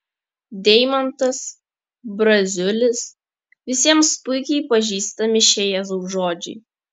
deimantas braziulis visiems puikiai pažįstami šie jėzaus žodžiai